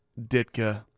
Ditka